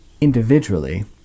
individually